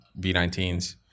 V19s